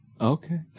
Okay